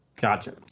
Gotcha